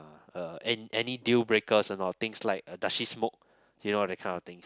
uh and any deal breakers or not things like does she smoke you know that kind of thing